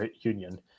union